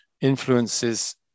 influences